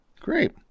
Great